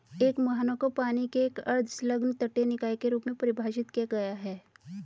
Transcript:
एक मुहाना को पानी के एक अर्ध संलग्न तटीय निकाय के रूप में परिभाषित किया गया है